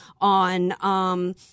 on –